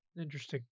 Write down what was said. Interesting